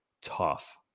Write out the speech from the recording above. tough